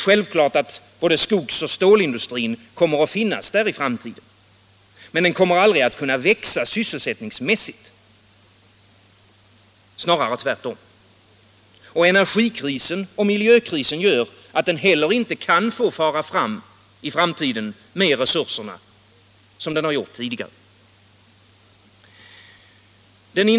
Visserligen kommer skogs och stålindustrierna att finnas där i framtiden. Men de kommer aldrig att växa sysselsättningsmässigt, snarare tvärtom. Energikrisen och miljökrisen gör att de heller inte kan få fara fram med resurserna som tidigare.